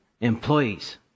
employees